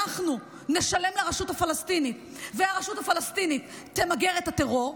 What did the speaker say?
אנחנו נשלם לרשות הפלסטינית והרשות הפלסטינית תמגר את הטרור,